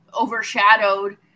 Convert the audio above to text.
overshadowed